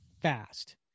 fast